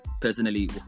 personally